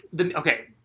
Okay